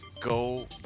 Go